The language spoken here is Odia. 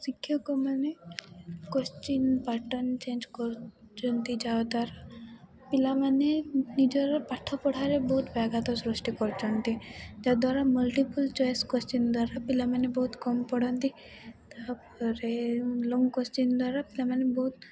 ଶିକ୍ଷକମାନେ କ୍ଵଶ୍ଚିନ୍ ପାର୍ଟନ୍ ଚେଞ୍ଜ କରୁଛନ୍ତି ଯାହାଦ୍ୱାରା ପିଲାମାନେ ନିଜର ପାଠପଢ଼ାରେ ବହୁତ ବ୍ୟାଘାତ ସୃଷ୍ଟି କରୁଛନ୍ତି ଯାହାଦ୍ୱାରା ମଲ୍ଟିପଲ୍ ଚଏସ୍ କ୍ଵଶ୍ଚିନ୍ ଦ୍ୱାରା ପିଲାମାନେ ବହୁତ କମ୍ ପଢ଼ନ୍ତି ତା'ପରେ ଲଙ୍ଗ କ୍ଵଶ୍ଚିନ୍ ଦ୍ୱାରା ପିଲାମାନେ ବହୁତ